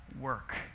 work